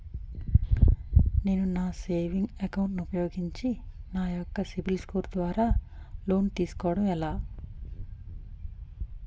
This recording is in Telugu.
నేను నా సేవింగ్స్ అకౌంట్ ను ఉపయోగించి నా యెక్క సిబిల్ స్కోర్ ద్వారా లోన్తీ సుకోవడం ఎలా?